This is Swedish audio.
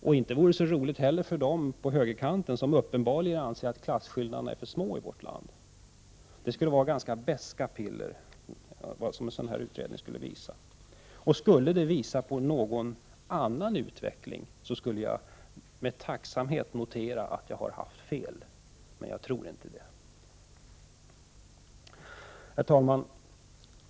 Och inte vore det så roligt heller för dem på högerkanten som uppenbarligen anser att klasskillnaderna i vårt land är för små. Vad en sådan utredning skulle visa skulle vara ganska beska piller. Skulle utredningen visa på någon annan utveckling, skulle jag med tacksamhet notera att jag haft fel, men jag tror inte det. Herr talman!